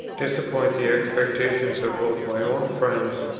disappoint the expectations of both my own friends,